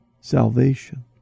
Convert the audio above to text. salvation